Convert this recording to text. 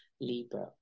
Libra